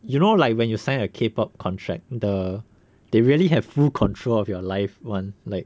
you know like when you signed a K pop contract the they really have full control of your life [one] like